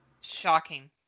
Shocking